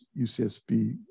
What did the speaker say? UCSB